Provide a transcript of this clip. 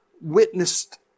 witnessed